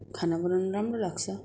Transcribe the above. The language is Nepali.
खाना बनाउन राम्रो लाग्छ